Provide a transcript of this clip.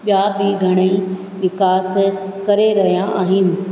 ॿिया बि घणई विकास करे रहिया आहिनि